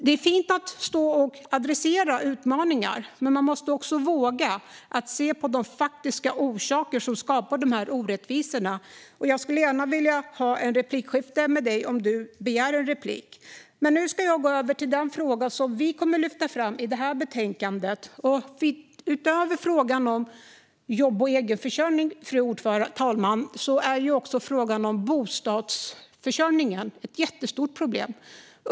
Det är fint att stå och adressera utmaningar, men man måste också våga se på de faktiska orsakerna till de här orättvisorna. Jag skulle gärna vilja ha ett replikskifte med dig. Men nu ska jag gå över till en fråga som vi lyfter fram i det här betänkandet. Utöver frågan om jobb och egenförsörjning, fru talman, är frågan om bostadsförsörjningen ett jättestort problem.